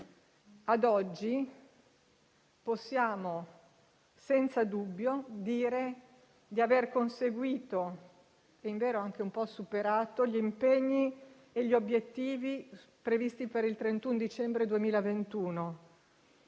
Ad oggi possiamo dire senza dubbio di aver conseguito - invero, anche in parte superato - gli impegni e gli obiettivi previsti per il 31 dicembre 2021.